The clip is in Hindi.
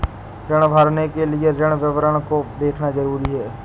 ऋण भरने के लिए ऋण विवरण को देखना ज़रूरी है